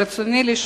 ברצוני לשאול: